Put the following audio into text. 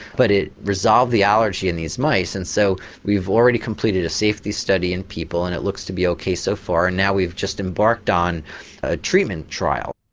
but it resolved the allergy in these mice and so we've already completed a safety study in people and it looks to be ok so far and now we've just embarked on a treatment trial.